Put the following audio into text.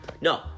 No